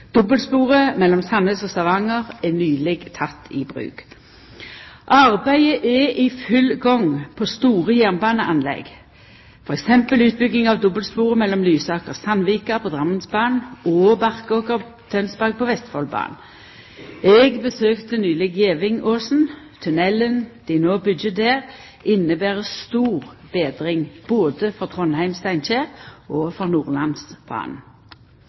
Dobbeltsporet mellom Sandnes og Stavanger er nyleg teke i bruk. Arbeidet er i full gang på store jernbaneanlegg, t.d. utbygging av dobbeltsporet Lysaker–Sandvika på Drammensbanen og Barkåker–Tønsberg på Vestfoldbanen. Eg besøkte nyleg Gevingåsen. Tunnelen dei no byggjer der, inneber ei stor betring både for Trondheim–Steinkjer og for